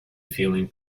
feeling